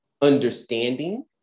understanding